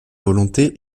volonté